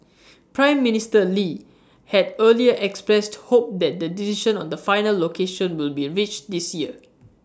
Prime Minister lee had earlier expressed hope that the decision on the final location will be reached this year